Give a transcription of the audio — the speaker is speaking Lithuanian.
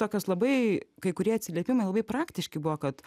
tokios labai kai kurie atsiliepimai labai praktiški buvo kad